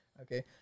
okay